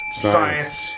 science